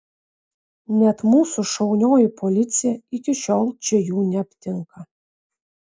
net mūsų šaunioji policija iki šiol čia jų neaptinka